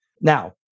Now